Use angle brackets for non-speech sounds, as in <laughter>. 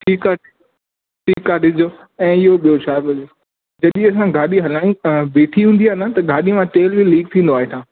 ठीक आहे ठीक आहे ॾिसिजो ऐं ॿियो छा <unintelligible> जॾहिं असां गाॾी हलायूं था बीठी हूंदी आहे न त गाॾीअ में तेलु लीक थींदो आहे हेठां